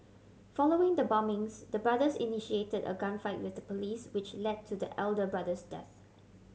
following the bombings the brothers initiated a gunfight with the police which led to the elder brother's death